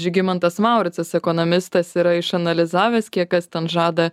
žygimantas mauricas ekonomistas yra išanalizavęs kiek kas ten žada